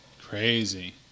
Crazy